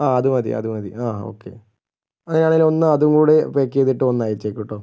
ആ അത് മതി അത് മതി ആ ഓക്കെ അങ്ങനെയാണെങ്കിൽ ഒന്ന് അത് കൂടെ പാക്കെയ്തിട്ട് ഒന്നയച്ചേക്കൂ കേട്ടോ